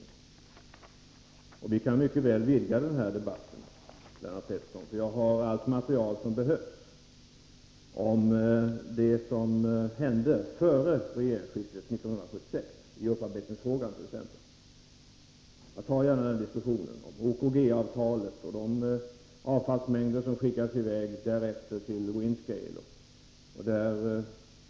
Naturligtvis kan vi mycket väl vidga debatten, Lennart Pettersson. Jag har nämligen allt material som behövs om det som hände före regeringsskiftet 1976, exempelvis i upparbetningsfrågan. Jag för gärna en diskussion om detta — om OKG-avtalet, om de avfallsmängder som därefter skickades i väg till Windscale.